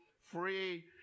free